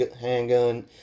handgun